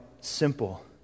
simple